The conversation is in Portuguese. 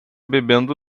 bebendo